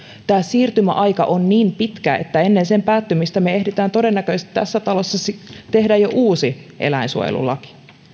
tämä siirtymäaika on niin pitkä että ennen sen päättymistä me ehdimme todennäköisesti tässä talossa tehdä jo uuden eläinsuojelulain